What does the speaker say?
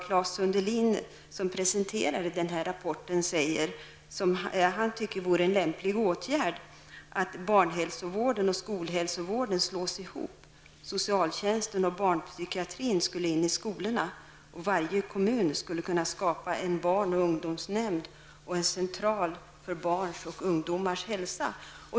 Claes Sundelin, som har presenterat folkhälsogruppens rapport, tycker att det vore lämpligt att slå ihop barnhälsovården och skolhälsovården. Socialtjänsten och barnpsykiatrin skulle in i skolorna, menar han. Varje kommun skulle kunna skapa en barn och ungdomsnämnd och en central för barns och ungdomars hälsa.